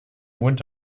mond